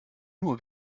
nur